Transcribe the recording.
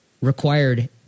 required